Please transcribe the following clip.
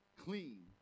clean